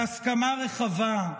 בהסכמה רחבה,